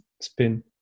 spin